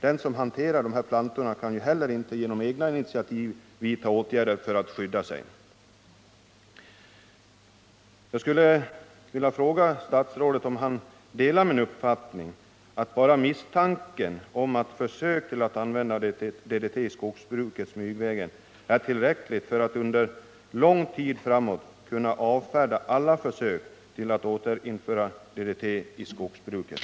Den som hanterar dessa plantor kan ju inte heller genom egna initiativ vidta åtgärder för att skydda sig. Jag skulle vilja fråga statsrådet om han delar min uppfattning att bara misstanken om försök att använda DDT i skogsbruket smygvägen är tillräcklig för att under lång tid framåt kunna avfärda alla försök att återinföra DDT i skogsbruket.